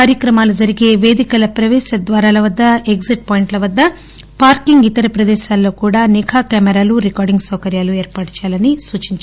కార్యక్రమాలు జరిగే పేదికల ప్రపేశ ద్వారాల వద్ద ఎగ్టిట్ పాయింట్ల వద్ద పార్కింగ్ ఇతర ప్రదేశాల్లో కూడా నిఘా కెమెరాలు రికార్డింగ్ సౌకర్యాలు ఏర్పాటు చేయాలని సూచించారు